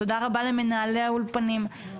תודה רבה למנהלי האולפנים,